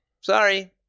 Sorry